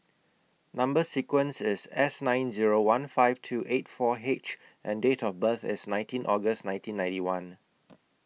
Number sequence IS S nine Zero one five two eight four H and Date of birth IS nineteen August nineteen ninety one